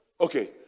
okay